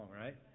right